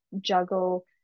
juggle